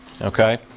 okay